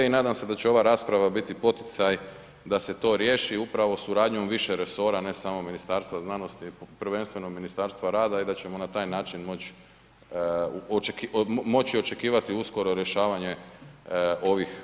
I nadam se da će ova rasprava biti poticaj da se to riješi upravo suradnjom više resora, ne samo Ministarstva znanosti prvenstveno Ministarstva rada i da ćemo na taj način moći očekivati uskoro rješavanje ovih problema.